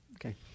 Okay